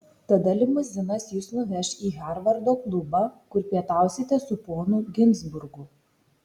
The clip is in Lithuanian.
tada limuzinas jus nuveš į harvardo klubą kur pietausite su ponu ginzburgu